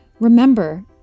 remember